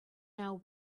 now